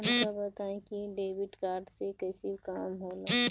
हमका बताई कि डेबिट कार्ड से कईसे काम होला?